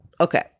okay